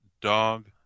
dog